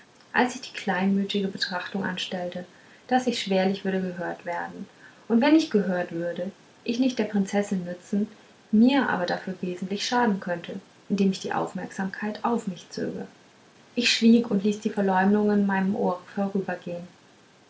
als ich die kleinmütige betrachtung anstellte daß ich schwerlich würde gehört werden und wenn ich gehört würde ich nicht der prinzessin nützen mir aber dafür wesentlich schaden könnte indem ich die aufmerksamkeit auf mich zöge ich schwieg und ließ die verleumdungen meinem ohre